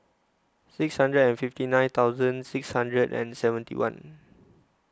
six hundred and fifty nine thousand six hundred and seventy one